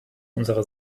unserer